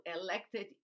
elected